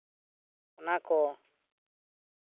ᱚᱱᱟᱠᱚ